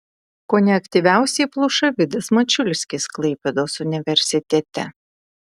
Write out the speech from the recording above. kone aktyviausiai pluša vidas mačiulskis klaipėdos universitete